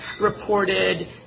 reported